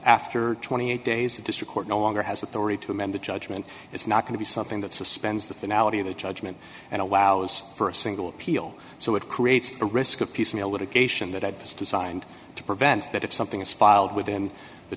after twenty eight days of district court no longer has authority to amend the judgment it's not going to be something that suspends the finale of the judgment and allows for a single appeal so it creates a risk of piecemeal litigation that i just designed to prevent that if something is filed within the